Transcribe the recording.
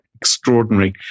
extraordinary